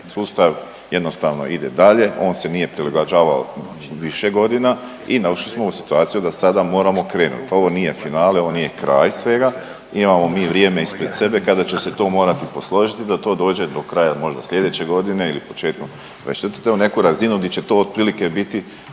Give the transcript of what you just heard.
Sustav jednostavno ide dalje, on se nije prilagođavao više godina i došli smo u situaciju da sada moramo krenuti. Ovo nije finale, ovo nije kraj svega imamo mi vrijeme ispred sebe kada će se to morati posložiti da to dođe do kraja možda slijedeće godine ili početkom '24. u neku razinu gdje će to otprilike biti